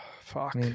Fuck